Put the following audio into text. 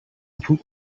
tut